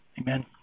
Amen